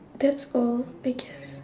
that's all I guess